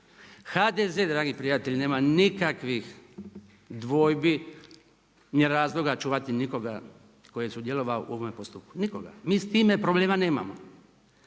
HDZ dragi prijatelji nema nikakvih dvojbi ni razloga čuvati nikoga tko je sudjelovao u ovome postupku, nikoga, mi s time problema nemamo.